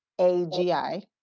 AGI